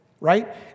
right